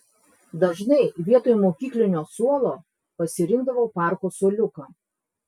dažnai vietoj mokyklinio suolo pasirinkdavo parko suoliuką